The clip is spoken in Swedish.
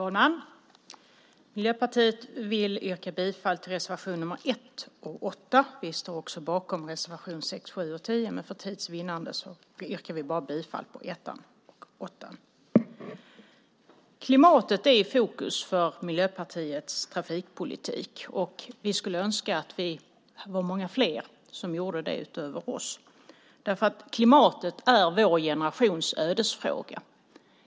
Herr talman! Miljöpartiet vill yrka bifall till reservationerna 1 och 8. Vi står också bakom reservationerna 6, 7 och 10, men för tids vinnande yrkar vi bifall bara till reservationerna 1 och 8. Klimatet är i fokus för Miljöpartiets trafikpolitik. Vi skulle önska att det var i fokus för många fler än oss. Klimatet är vår generations ödesfråga.